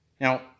Now